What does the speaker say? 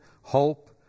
hope